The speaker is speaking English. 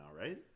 right